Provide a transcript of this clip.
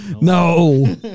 No